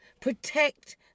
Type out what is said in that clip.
Protect